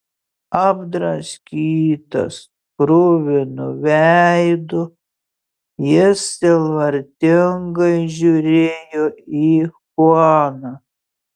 apdraskytas kruvinu veidu jis sielvartingai žiūrėjo į chuaną